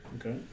Okay